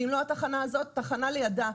ואם לא התחנה הזאת, תחנה לידה.